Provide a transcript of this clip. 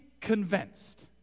convinced